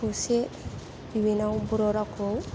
खौसे इयुनाव बर' रावखौ